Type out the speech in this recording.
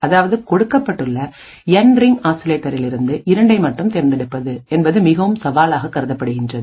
அதாவது கொடுக்கப்பட்டுள்ள N ring ஆசிலேட்டரிலிருந்து இரண்டை மட்டும் தேர்ந்தெடுப்பது என்பது மிகவும் சவாலாக கருதப்படுகின்றது